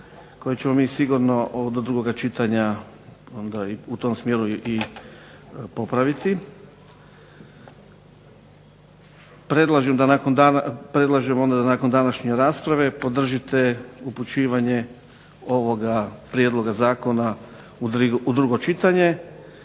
koje ćemo mi sigurno do drugoga čitanja onda u tom smjeru i popraviti. Predlažemo da nakon današnje rasprave podržite upućivanje ovoga prijedloga zakona u drugo čitanje,